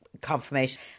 confirmation